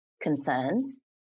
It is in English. concerns